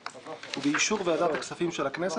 ובאישור ועדת הכספים של הכנסת,